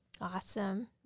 Awesome